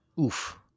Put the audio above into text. Oof